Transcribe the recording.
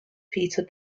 peter